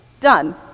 done